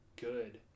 good